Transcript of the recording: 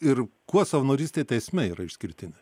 ir kuo savanorystė teisme yra išskirtinė